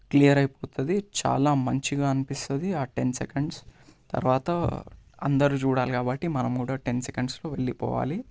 clear అయిపోతుంది చాలా మంచిగా అనిపిస్తుంది ఆ టెన్ సెకెండ్స్ తర్వాత అందరు చూడాలి కాబట్టి మనం కూడా టెన్ సెకెండ్స్లో వెళ్ళిపోవాలి